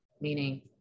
Meaning